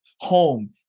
home